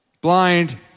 Blind